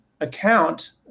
account